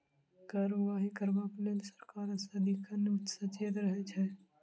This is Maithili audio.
कर उगाही करबाक लेल सरकार सदिखन सचेत रहैत छै